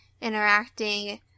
interacting